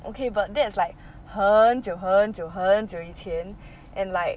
okay but that's like 很久很久很久以前 and like